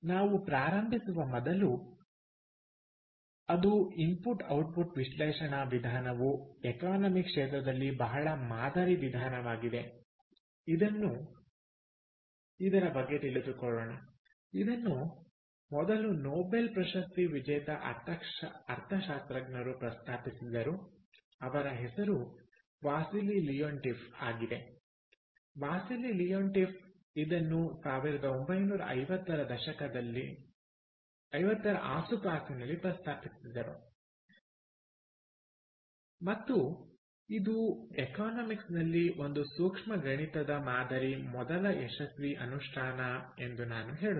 ನಾವು ಪ್ರಾರಂಭಿಸುವ ಮೊದಲು ಅದು ಇನ್ಪುಟ್ ಔಟ್ಪುಟ್ ವಿಶ್ಲೇಷಣಾ ವಿಧಾನವು ಎಕಾನಮಿ ಕ್ಷೇತ್ರದಲ್ಲಿ ಬಹಳ ಮಾದರಿ ವಿಧಾನವಾಗಿದೆ ಇದನ್ನು ಮೊದಲು ನೊಬೆಲ್ ಪ್ರಶಸ್ತಿ ವಿಜೇತ ಅರ್ಥಶಾಸ್ತ್ರಜ್ಞರು ಪ್ರಸ್ತಾಪಿಸಿದರು ಅವರ ಹೆಸರು ವಾಸಿಲಿ ಲಿಯೊಂಟಿಫ್ ಆಗಿದೆ ವಾಸಿಲಿ ಲಿಯೊಂಟಿಫ್ ಇದನ್ನು 1950 ರ ದಶಕದಲ್ಲಿ ಪ್ರಸ್ತಾಪಿಸಿದರು ಮತ್ತು ಇದು ಎಕಾನಮಿಕ್ಸ್ ನಲ್ಲಿ ಒಂದು ಸೂಕ್ಷ್ಮ ಗಣಿತದ ಮಾದರಿಯ ಮೊದಲ ಯಶಸ್ವಿ ಅನುಷ್ಠಾನ ಎಂದು ನಾನು ಹೇಳುತ್ತೇನೆ